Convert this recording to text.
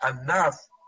enough